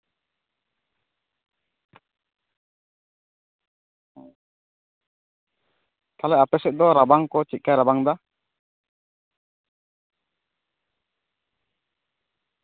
ᱛᱟᱦᱚᱞᱮ ᱟᱯᱮ ᱥᱮᱫ ᱫᱚ ᱨᱟᱵᱟᱝ ᱠᱚ ᱪᱮᱫᱞᱮᱠᱟᱭ ᱨᱟᱵᱟᱝ ᱮᱫᱟ